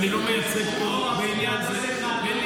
ואני לא מייצג פה בעניין הזה.